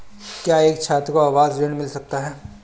क्या एक छात्र को आवास ऋण मिल सकता है?